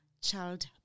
child